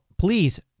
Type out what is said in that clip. please